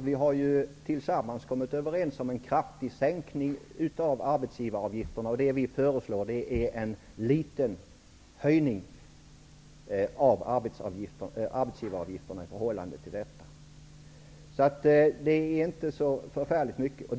Vi har tillsammans kommit överens om en kraftig sänkning av arbetsgivaravgifterna. Vi föreslår en liten höjning av arbetsgivaravgifterna. Det gäller således inte så förfärligt mycket.